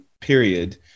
period